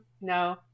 no